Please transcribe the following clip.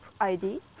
ID